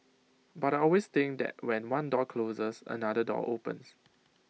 but I always think that when one door closes another door opens